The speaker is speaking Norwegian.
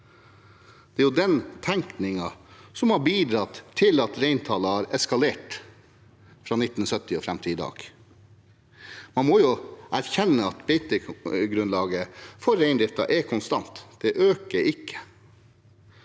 Det er jo den tenkningen som har bidratt til at reintallet har eskalert fra 1970 og fram til i dag. Man må erkjenne at beitegrunnlaget for reindriften er konstant, det øker ikke,